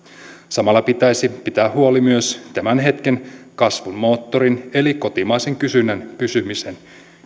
samalla pitäisi pitää huoli myös tämän hetken kasvun moottorin eli kotimaisen kysynnän pysymisestä käynnissä